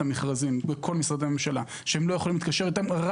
המכרזים בכל משרדי הממשלה שהם לא יכולים להתקשר איתם,